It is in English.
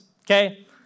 okay